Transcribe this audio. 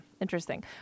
Interesting